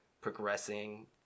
progressing